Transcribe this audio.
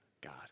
God